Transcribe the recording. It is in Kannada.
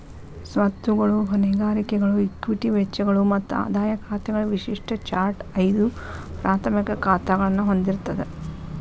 ಸ್ವತ್ತುಗಳು, ಹೊಣೆಗಾರಿಕೆಗಳು, ಇಕ್ವಿಟಿ ವೆಚ್ಚಗಳು ಮತ್ತ ಆದಾಯ ಖಾತೆಗಳ ವಿಶಿಷ್ಟ ಚಾರ್ಟ್ ಐದು ಪ್ರಾಥಮಿಕ ಖಾತಾಗಳನ್ನ ಹೊಂದಿರ್ತದ